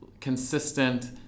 consistent